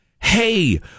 Hey